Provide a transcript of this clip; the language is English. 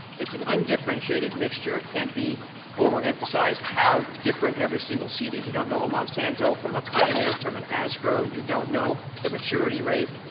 it's an undifferentiated mixture, it can't be overemphasized how different every single seed is, you don't know a monsanto from a pioneer from an asgrow. you don't know the maturity rate.